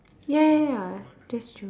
ya ya ya that's true